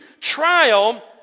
trial